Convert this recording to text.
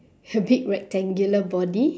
a big rectangular body